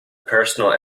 personal